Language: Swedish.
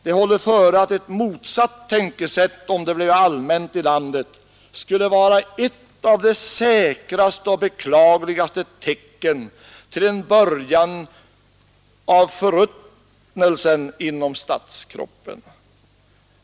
Det håller före, att ett motsatt tänkesätt, om det bleve allmänt i landet, skulle vara ett av de tt som dess ekonomiska. Det håller före, att säkraste och beklagligaste tecken till en börjande förruttnelse inom Statskroppen.